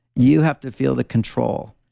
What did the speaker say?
you have to feel the control.